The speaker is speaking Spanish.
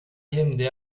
the